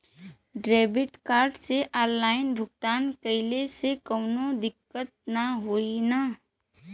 Debit card से online भुगतान कइले से काउनो दिक्कत ना होई न?